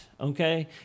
Okay